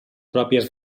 pròpies